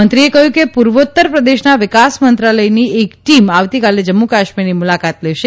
મંત્રીએ કહ્યું કે ઉત્તરપૂર્વ પ્રદેશના વિકાસમંત્રાલયની એક ટીમ આવતીકાલે જમ્મુકાશ્મીરની મુલાકાત લેશે